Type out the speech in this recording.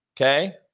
Okay